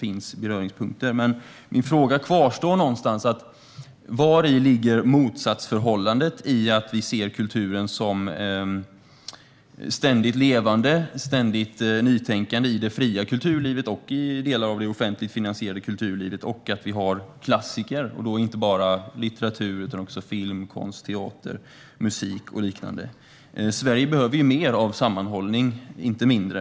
Min fråga kvarstår dock: Vari ligger motsatsförhållandet mellan att vi ser kulturen som ständigt levande och nytänkande - i det fria kulturlivet och i delar av det offentligt finansierade kulturlivet - och att vi har klassiker inom såväl litteratur som film, konst, teater, musik och liknande? Sverige behöver mer sammanhållning, inte mindre.